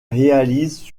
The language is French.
réalisent